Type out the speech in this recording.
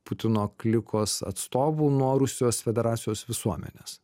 putino klikos atstovų nuo rusijos federacijos visuomenės